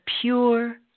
pure